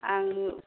आङो